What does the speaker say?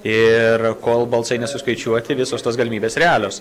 ir kol balsai nesuskaičiuoti visos tos galimybės realios